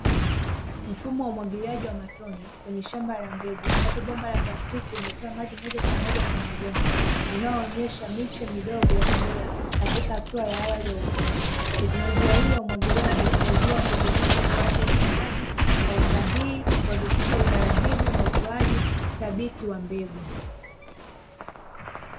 Mfumo wa umwagiliaji wa matone kwenye shamba la mbegu ambapo bomba la plastiki linatoa maji moja kwa moja kwenye udongo unaoonyesha miche midogo ya mimea katika hatua ya awali ya ukuaji, teknologia hii ya umwagiliaji husaidia kudhibiti kiwango cha maji kwa usahihi kuhakikisha utaratibu na utoaji thabiti wa mbegu.